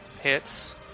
hits